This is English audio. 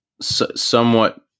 Somewhat